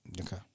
Okay